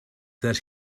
that